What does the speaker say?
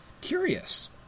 curious